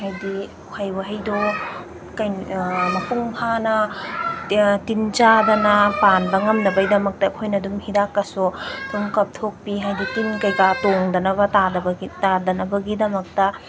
ꯍꯥꯏꯗꯤ ꯎꯍꯩ ꯋꯥꯍꯩꯗꯣ ꯃꯄꯨꯡ ꯐꯥꯅ ꯇꯤꯟ ꯆꯥꯗꯅ ꯄꯥꯟꯕ ꯉꯝꯅꯕꯩꯗꯃꯛꯇ ꯑꯩꯈꯣꯏꯅ ꯑꯗꯨꯝ ꯍꯤꯗꯥꯛꯀꯥꯁꯨ ꯑꯗꯨꯝ ꯀꯥꯞꯊꯣꯛꯄꯤ ꯍꯥꯏꯗꯤ ꯇꯤꯟ ꯀꯩꯀꯥ ꯇꯣꯡꯗꯅꯕ ꯇꯥꯗꯅꯕꯒꯤꯗꯃꯛꯇ